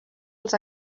els